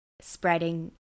spreading